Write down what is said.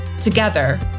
Together